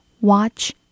watch